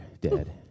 dead